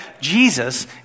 Jesus